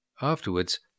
Afterwards